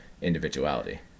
individuality